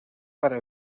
para